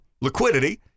liquidity